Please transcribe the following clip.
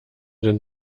denn